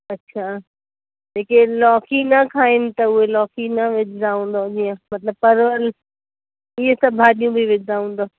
अच्छा जेके लौकी न खाइनि त उहे लौकी न विझंदा हूंदो ईअं मतिलबु परवल इहे सभु भाॼियूं बि विझंदा हूंदो